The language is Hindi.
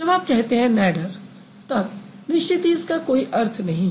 जब आप कहते हैं नैडर तब निश्चित ही इसका कोई अर्थ नहीं है